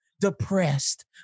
depressed